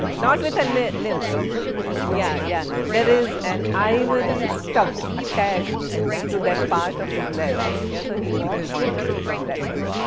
not with a limb ivory yeah yeah, there is an ivory stub attached to that part of his leg. yeah, so he walks with that kind,